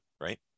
right